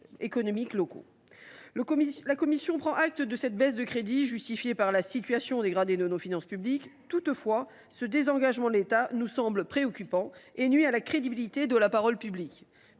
La commission prend acte de cette baisse de crédits, justifiée par la situation dégradée de nos finances publiques. Toutefois, ce désengagement de l’État nous semble préoccupant et nuit à la crédibilité de la parole publique,